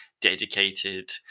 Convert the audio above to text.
dedicated